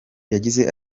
yagize